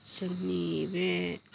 जोंनि बे